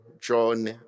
John